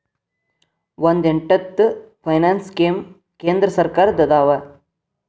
ಒಂದ್ ಎಂಟತ್ತು finance scheme ಕೇಂದ್ರ ಸರ್ಕಾರದ್ದ ಅದಾವ